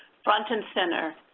front and center,